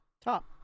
Top